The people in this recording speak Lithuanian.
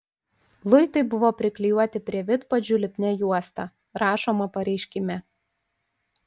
luitai buvo priklijuoti prie vidpadžių lipnia juosta rašoma pareiškime